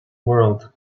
world